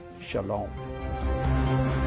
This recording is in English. Shalom